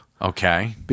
Okay